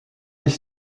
les